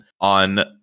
on